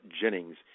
Jennings